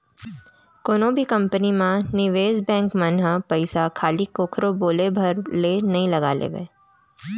कोनो भी कंपनी म निवेस बेंक मन ह पइसा खाली कखरो बोले भर ले नइ लगा लेवय